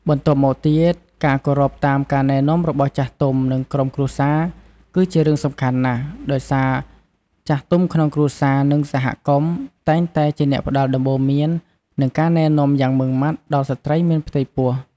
បន្ទាប់មកទៀត ការគោរពតាមការណែនាំរបស់ចាស់ទុំ និងក្រុមគ្រួសារ គឺជារឿងសំខាន់ណាស់ ដោយសារចាស់ទុំក្នុងគ្រួសារ និងសហគមន៍តែងតែជាអ្នកផ្តល់ដំបូន្មាន និងការណែនាំយ៉ាងម៉ឺងម៉ាត់ដល់ស្ត្រីមានផ្ទៃពោះ។